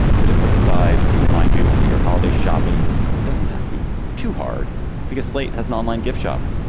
here's a quick aside to remind you that your holiday shopping doesn't have to be too hard because slate has an online gift shop.